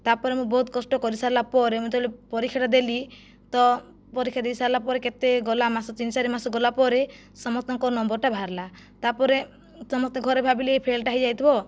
ତା'ପରେ ମୁଁ ବହୁତ କଷ୍ଟ କରିସାରିଲା ପରେ ମୁଁ ଯେତେବେଳେ ପରୀକ୍ଷାଟା ଦେଲି ତ ପରୀକ୍ଷା ଦେଇସାରିଲା ପରେ କେତେ ଗଲା ମାସ ତିନି ଚାରି ମାସ ଗଲା ପରେ ସମସ୍ତଙ୍କ ନମ୍ବରଟା ବାହାରିଲା ତା'ପରେ ସମସ୍ତେ ଘରେ ଭାବିଲେ ଇଏ ଫେଲ୍ଟା ହୋଇଯାଇଥିବ